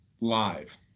live